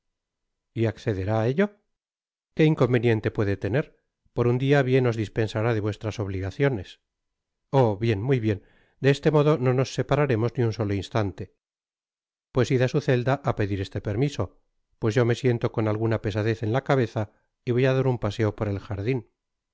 y accederá á ello qué inconveniente puede tener por un dia bien os dispensará de vuestras obligaciones oh bien muy bien de este modo no nos separaremos ni un solo instante pues id á su celda á pedir este permiso pues yo me siento con alguna pesadez en la cabeza y voy á dar un paseo por el jardin